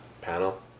panel